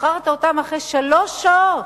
ששחררת אותם אחרי שלוש שעות.